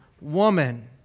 woman